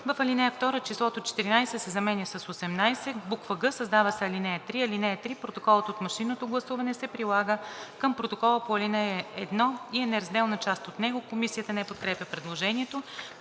В ал. 2 числото „14“ се заменя с „18“. г) Създава се ал. 3: „(3) Протоколът от машинното гласуване се прилага към протокола по ал. 1 и е неразделна част от него.“ Комисията не подкрепя предложението.